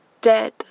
dead